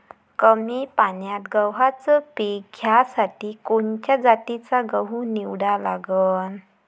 कमी पान्यात गव्हाचं पीक घ्यासाठी कोनच्या जातीचा गहू निवडा लागन?